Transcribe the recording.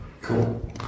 Cool